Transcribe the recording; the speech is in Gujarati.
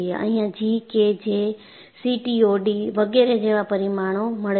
અહિયાં G K J CTOD વગેરે જેવા પરિમાણો મળે છે